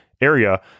area